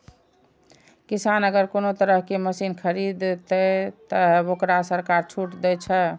किसान अगर कोनो तरह के मशीन खरीद ते तय वोकरा सरकार छूट दे छे?